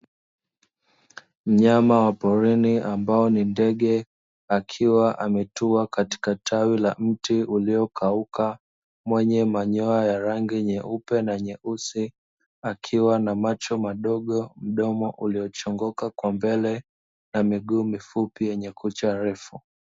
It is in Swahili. Mnyama wa porini ambao ni ndege akiwa ametua katika tawi la mti uliokauka mwenye manyoya ya rangi nyeupe na nyeusi, akiwa na macho madogo, mdomo uliochongoka kwa mbele na miguu mifupi yenye kucha refu.